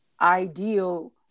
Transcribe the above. ideal